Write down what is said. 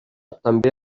també